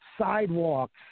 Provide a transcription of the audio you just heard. sidewalks